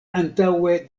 antaŭe